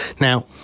Now